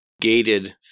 gated